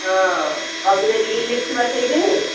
ହଁ କବିତା ଟିକେ ଲେଖିବା ସେଇଠି